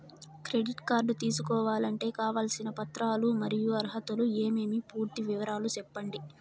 Credit card తీసుకోవాలంటే కావాల్సిన పత్రాలు మరియు అర్హతలు ఏమేమి పూర్తి వివరాలు సెప్పండి?